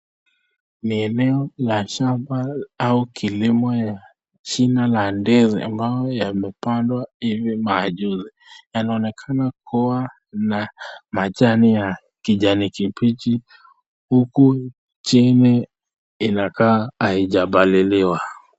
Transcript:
Ni eneo la shamba ua kilimo ya shina la ndizi ambayo yamepandwa hizi majuzi. Yanaonekana kuwa na majani ya kijani kibichi huku chini inakaa haijapaliliwa.